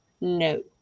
No